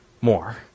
more